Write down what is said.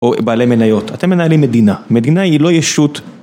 או בעלי מניות, אתם מנהלים מדינה, מדינה היא לא ישות